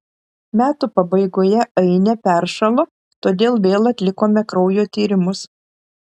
metų pabaigoje ainė peršalo todėl vėl atlikome kraujo tyrimus